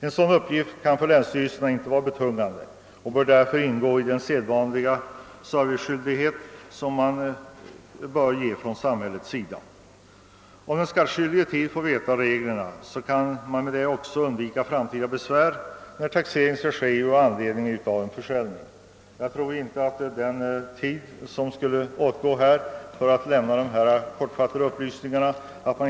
En sådan uppgift kan för länsstyrelserna ej vara betungande och bör därför ingå i den sedvanliga serviceskyldighet som samhället bör ge. Om den skattskyldige i tid får veta reglerna, så kan man med detta också undvika framtida besvär, när taxering skall ske i anledning av en försäljning. Jag tror att man skulle ha mycket stor nytta i framtiden av att tid ägnas åt att lämna dessa kortfattade upplysningar.